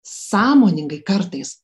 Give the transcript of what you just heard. sąmoningai kartais